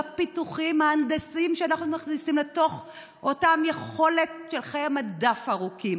בפיתוחים ההנדסיים שאנחנו מכניסים לשם אותה יכולת של חיי מדף ארוכים,